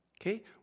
Okay